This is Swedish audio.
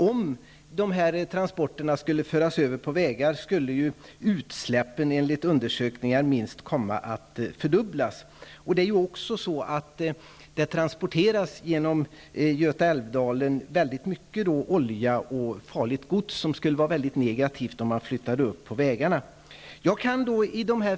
Om de här transporterna skulle föras över på vägar, skulle utsläppen enligt undersökningar minst komma att fördubblas. Det transporteras genom Göta älv-dalen stora mängder olja och farligt gods, och det skulle inte vara bra att flytta upp dessa transporter på vägarna.